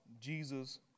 Jesus